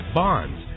bonds